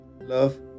Love